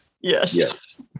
yes